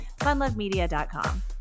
Funlovemedia.com